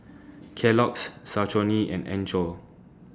Kellogg's Saucony and Anchor